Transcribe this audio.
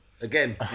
Again